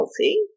Healthy